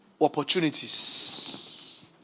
opportunities